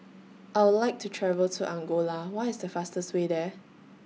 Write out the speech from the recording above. I Would like to travel to Angola What IS The fastest Way There